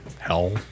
hell